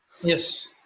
Yes